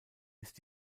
ist